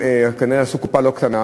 כנראה עשו קופה לא קטנה.